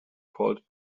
called